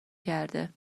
کرده